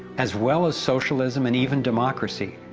as well as socialism and even democracy,